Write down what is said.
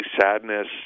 sadness